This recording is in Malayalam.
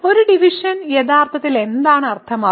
ഒരു ഡിവിഷൻ യഥാർത്ഥത്തിൽ എന്താണ് അർത്ഥമാക്കുന്നത്